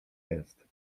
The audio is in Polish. jest